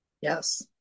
Yes